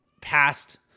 past